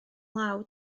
law